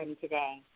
today